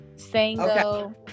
Sango